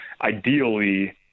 ideally